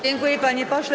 Dziękuję, panie pośle.